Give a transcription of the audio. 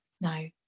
No